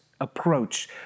approach